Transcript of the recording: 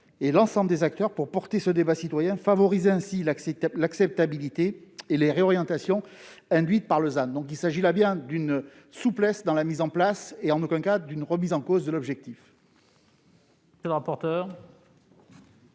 l'ensemble des acteurs, pour porter ce débat citoyen et favoriser ainsi l'acceptabilité et les réorientations induites par le ZAN. Il s'agit bien là d'une souplesse dans la mise en place et en aucun cas d'une remise en cause de l'objectif.